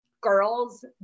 girls